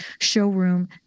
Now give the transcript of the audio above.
showroom